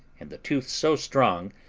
and the tooth so strong,